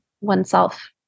oneself